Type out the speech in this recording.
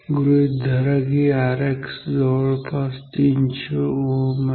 गृहित धरा की Rx जवळपास 300 Ω आहे